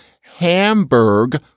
hamburg